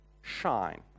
shine